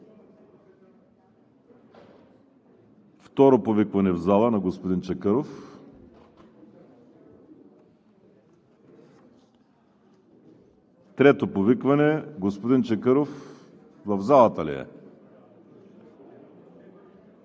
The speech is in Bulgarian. Второ повикване на господин Чакъров. Трето повикване – господин Чакъров в залата ли е?